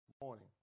morning